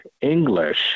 English